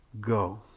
go